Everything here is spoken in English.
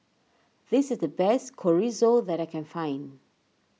this is the best Chorizo that I can find